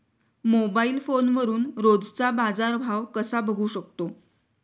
Mobile फोनवरून रोजचा बाजारभाव कसा बघू शकतो?